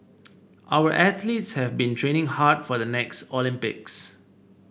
our athletes have been training hard for the next Olympics